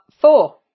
four